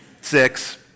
six